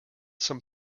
some